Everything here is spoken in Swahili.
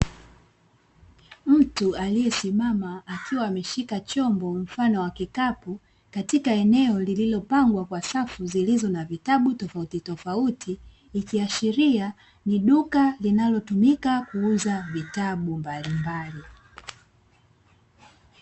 Mtu aliye simama akiwa ameshika chombo mfano wa kikapu, katika eneo lililo pangwa kwa safu zilizo na vitabu tofauti tofauti. Ikiashiria ni duka linalo tumika kuuza vitabu mbalimbali.